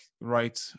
right